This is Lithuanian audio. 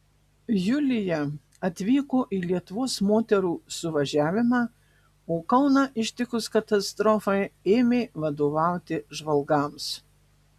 julija atvyko į lietuvos moterų suvažiavimą o kauną ištikus katastrofai ėmė vadovauti žvalgams